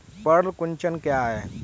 पर्ण कुंचन क्या है?